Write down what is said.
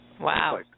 Wow